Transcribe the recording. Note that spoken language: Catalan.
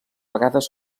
vegades